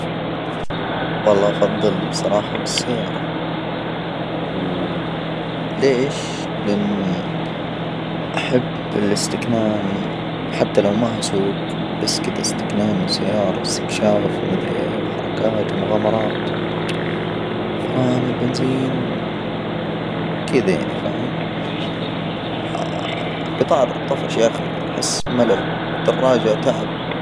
والله أفضل بصراحة بالسيارة. و ليش؟ لأن، أحب الاستكنان، حتى لو ما أسوج، بس كده استكنان سيارة واستكشاف وما أدري إيه؟ وحركات ومغامرات و فرامل، بنزين. كدا يعني فاهم. القطار الطفش يا أخي. بحس بملل، الدراجة تعب.